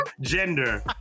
gender